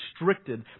restricted